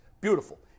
beautiful